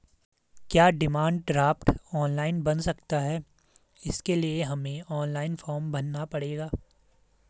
क्या demand draft online बन सकता है इसके लिए हमें ऑनलाइन फॉर्म भरना पड़ेगा?